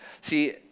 See